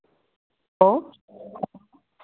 hello